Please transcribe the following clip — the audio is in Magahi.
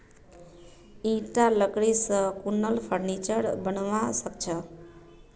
ईटा लकड़ी स कुनला फर्नीचर बनवा सख छ